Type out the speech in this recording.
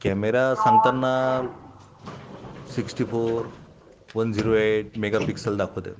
camera सांगताना sixty four one zero eight megapixel दाखवत आहे